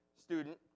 student